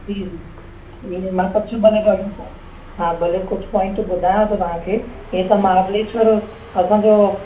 जी जी ईअं मां कुझु भले पोइ हा भले कुझु पोइंटू ॿुधायांव थो तव्हां खे हे त महाबलेश्वर असांजो